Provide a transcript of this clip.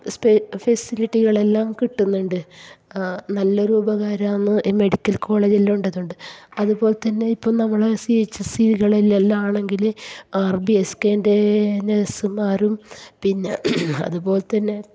ഫെസിലിറ്റികളെല്ലാം കിട്ടുന്നുണ്ട് നല്ലൊരു ഉപകാരമാണ് മെഡിക്കൽ കോളേജെല്ലാം ഉള്ളത് കൊണ്ട് അതു പോലെ തന്നെ ഇപ്പം നമ്മൾ സി എച്ച് സികളിലെല്ലാമാണെങ്കിൽ ആർ ബി എസ് കെൻ്റെ നഴ്സുമാരും പിന്നെ അതു പോലെ തന്നെ